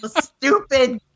Stupid